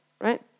right